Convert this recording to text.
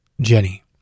Jenny